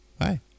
Hi